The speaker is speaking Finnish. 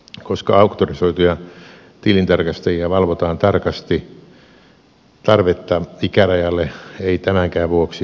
koska auktorisoituja tilintarkastajia valvotaan tarkasti tarvetta ikärajalle ei tämänkään vuoksi ole